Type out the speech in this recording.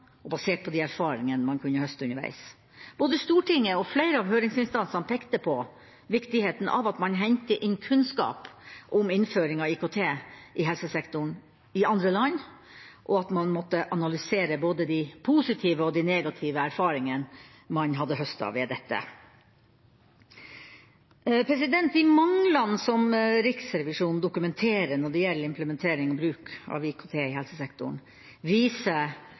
og basert på de erfaringene man kunne høste underveis. Både Stortinget og flere av høringsinstansene pekte på viktigheten av at man henter inn kunnskap om innføring av IKT i helsesektoren i andre land, og at man måtte analysere både de positive og de negative erfaringene man hadde høstet av dette. De manglene som Riksrevisjonen dokumenterer når det gjelder implementering og bruk av IKT i helsesektoren, viser